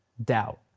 doubt,